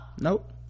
Nope